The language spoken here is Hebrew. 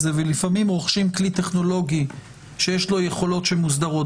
זה ולפעמים רוכשים כלי טכנולוגי שיש לו יכולות שמוסדרות